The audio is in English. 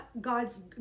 God's